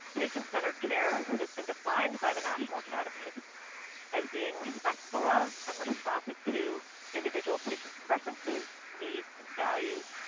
patient-centered care has been defined by the national academies as being respectful of and responsive to individual patient preferences, needs, and values.